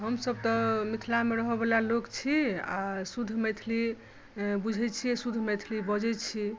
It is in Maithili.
हमसभ तऽ मिथिलामे रहऽ वाला लोक छी आ शुद्ध मैथिली बुझै छियै शुद्ध मैथिली बजै छी